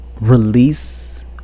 release